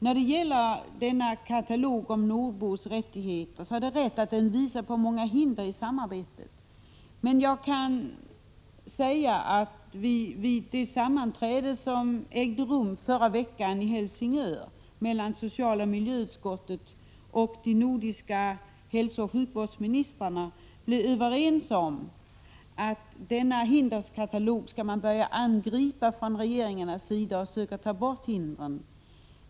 Det är riktigt att katalogen över nordbors rättigheter visar på många hinder för samarbetet. Vid det sammanträde som ägde rum förra veckan i Helsingör mellan socialoch miljöutskottet och de nordiska hälsooch sjukvårdsministrarna blev man överens om att regeringarna skall börja angripa dessa hinder och försöka få bort dem.